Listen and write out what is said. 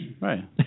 Right